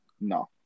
no